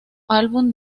álbum